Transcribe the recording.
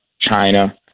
China